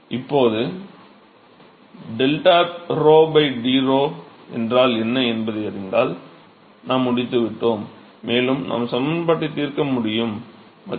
இப்போது 𝜟𝞺 d𝞺 என்றால் என்ன என்பதை அறிந்தால் நாம் முடித்துவிட்டோம் மேலும் நாம் சமன்பாட்டை தீர்க்க முடியும் மற்றும்